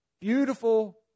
beautiful